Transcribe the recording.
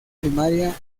primaria